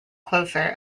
closer